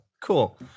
Cool